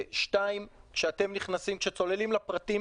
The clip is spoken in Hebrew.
דבר שני, כשצוללים לפרטים